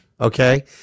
okay